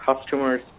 customers